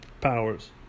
powers